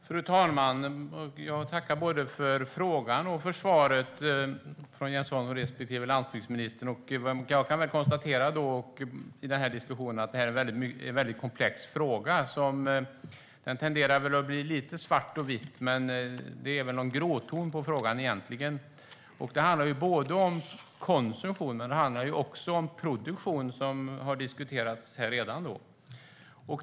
Fru talman! Jag tackar för både frågan och svaret från Jens Holm respektive landsbygdsministern. I diskussionen kan jag konstatera att detta är en komplex fråga. Den tenderar att bli lite svart och vit, men egentligen har den en gråton. Det handlar både om konsumtion och om produktion, som redan har diskuterats här.